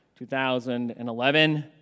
2011